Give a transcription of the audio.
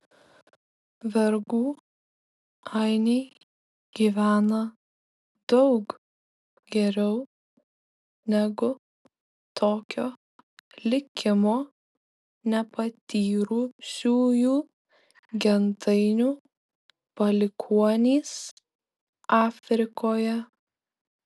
vergų ainiai gyvena daug geriau negu tokio likimo nepatyrusiųjų gentainių palikuonys afrikoje